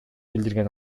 билдирген